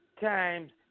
times